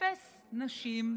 אפס נשים,